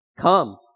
Come